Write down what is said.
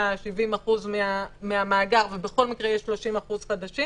70% מהמאגר ובכל מקרה יהיו 30% ותיקים